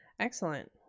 Excellent